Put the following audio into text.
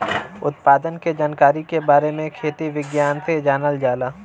उत्पादन के जानकारी के बारे में खेती विज्ञान से जानल जाला